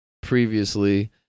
previously